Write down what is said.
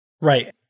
Right